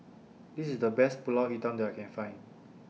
This IS The Best Pulut Hitam that I Can Find